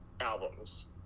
albums